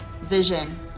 vision